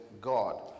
God